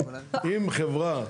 אם חברה,